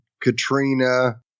Katrina